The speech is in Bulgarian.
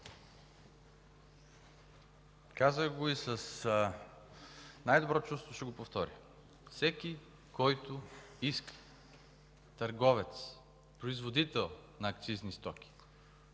Казах го и с най-добро чувство ще го повторя. Всеки, който иска – търговец, производител на акцизни стоки,